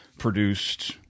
produced